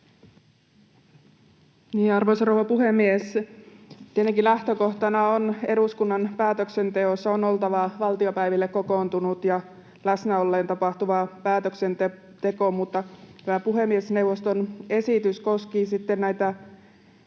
Arvoisa rouva puhemies! Tietenkin lähtökohtana on, että eduskunnan päätöksenteossa on oltava valtiopäiville kokoontunut ja läsnä ollen tapahtuva päätöksenteko, mutta tämä puhemiesneuvon esitys koski sitä,